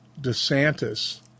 DeSantis